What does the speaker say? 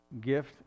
gift